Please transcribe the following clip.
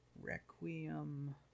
Requiem